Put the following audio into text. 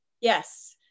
Yes